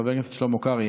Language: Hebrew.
חבר הכנסת שלמה קרעי,